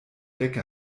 decke